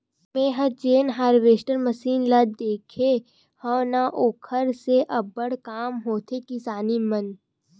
मेंहा जेन harvester machine ल देखे हव न ओखर से अब्बड़ काम होथे किसानी मन